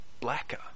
blacker